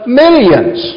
millions